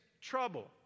trouble